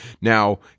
Now